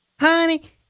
Honey